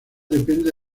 depende